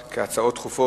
ביקשתי להוסיף את קולי,